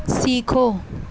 سیکھو